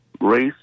race